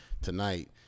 tonight